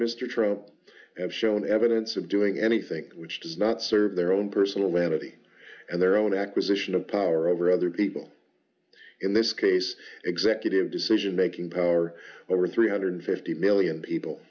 mr trump have shown evidence of doing anything which does not serve their own personal vanity and their own acquisition of power over other people in this case executive decision making power over three hundred fifty million people